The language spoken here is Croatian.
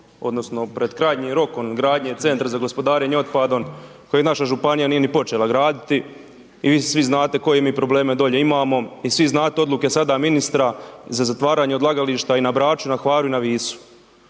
odnosno pred krajnjim rokom gradnje Centra za gospodarenje otpadom, koji naša Županije nije ni počela graditi, i svi znate koje mi probleme dolje imamo, i svi znate Odluke sada ministra za zatvaranje odlagališta i na Braču, na Hvaru i na Visu,